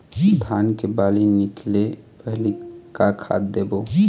धान के बाली निकले पहली का खाद देबो?